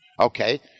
Okay